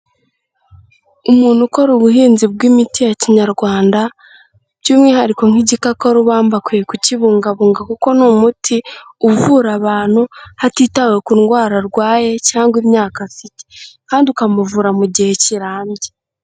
Umuntu ukora ubuhinzi bw'imiti ya Kinyarwanda, by'umwihariko nk'igikakarubamba akwiye kukibungabunga, kuko ni umuti uvura abantu, hatitawe ku ndwara arwaye cyangwa imyaka afite, kandi ukamuvura mu gihe kirambye.